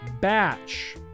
Batch